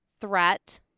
threat